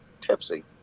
tipsy